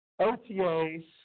OTAs